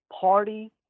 Party